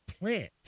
plant